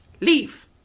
Leave